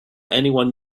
anyone